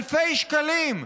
אלפי שקלים,